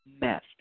mess